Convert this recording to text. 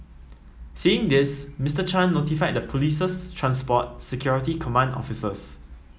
seeing this Mister Chan notified the police's transport security command officers